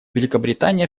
великобритания